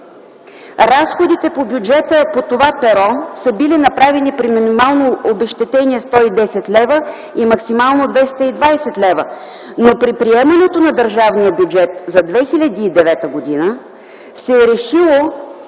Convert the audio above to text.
Разходите по бюджета по това перо са били направени при минимално обезщетение 110 лв. и максимално 220 лв., но при приемането на държавния бюджет за 2009 г. се е решило